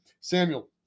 Samuel